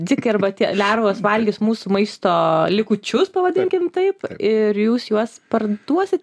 dzikai arba tie lervos valgys mūsų maisto likučius pavadinkim taip ir jūs juos parduosite